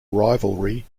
rivalry